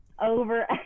over